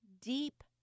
deep